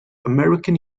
american